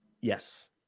Yes